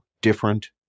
different